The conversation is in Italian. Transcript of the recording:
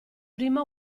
prima